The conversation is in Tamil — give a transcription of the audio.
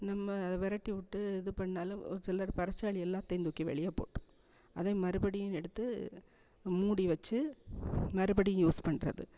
நம்ம அதை விரட்டி விட்டு இது பண்ணிணாலும் சில நேரம் பெருச்சாளி எல்லாத்தையும் தூக்கி வெளியே போட்டிரும் அதை மறுபடியும் எடுத்து மூடி வச்சு மறுபடியும் யூஸ் பண்ணுறது